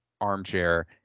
armchair